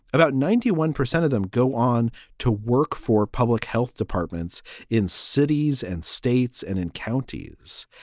about ninety one percent of them go on to work for public health departments in cities and states and in counties.